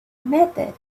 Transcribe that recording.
method